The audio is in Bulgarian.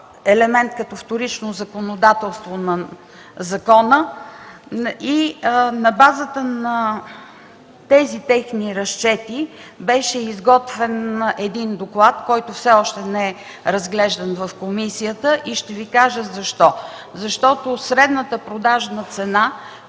елемент като вторично законодателство на закона и на базата на тези техни разчети беше изготвен един доклад, който все още не е разглеждан в комисията и ще Ви кажа защо, защото средната продажна цена